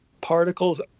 particles